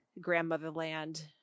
grandmotherland